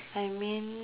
I mean